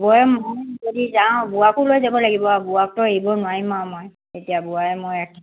বুঢ়াই মই যদি যাওঁ বুঢ়াকো লৈ যাব লাগিব আৰু বুঢ়াকটো এৰিব নোৱাৰিম আৰু মই এতিয়া বুঢ়ায়েই মই এক